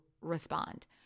respond